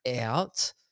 out